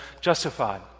justified